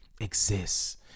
exists